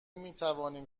میتوانیم